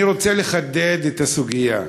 אני רוצה לחדד את הסוגיה: